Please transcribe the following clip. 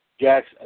Jax